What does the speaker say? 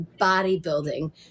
bodybuilding